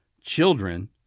children